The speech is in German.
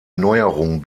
neuerung